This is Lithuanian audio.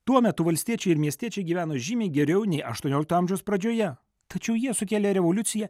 tuo metu valstiečiai ir miestiečiai gyveno žymiai geriau nei aštuoniolikto amžiaus pradžioje tačiau jie sukėlė revoliuciją